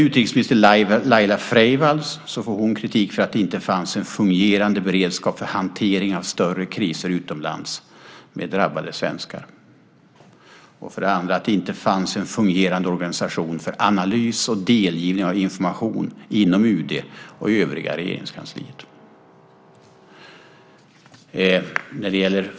Utrikesminister Laila Freivalds får kritik, för det första för att det inte fanns en fungerande beredskap för hantering av större kriser utomlands med drabbade svenskar och för det andra för att det inte fanns en fungerande organisation för analys och delgivning av information inom UD och övriga Regeringskansliet.